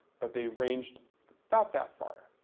but they ranged about that far.